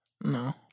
No